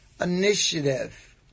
Initiative